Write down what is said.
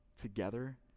together